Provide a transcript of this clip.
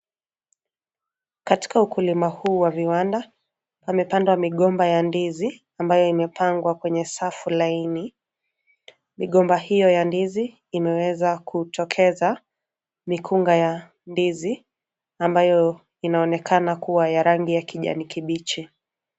Katika ukulima huu wa viwanda, amepanda migomba ya ndizi ambayo imepangwa kwenye safu laini. Migomba hio ya ndizi imeweza kutokeza mikunga ya ndizi ambayo inaonekana kuwa ya rangi ya kijani kibichi.